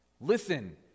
Listen